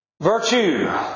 Virtue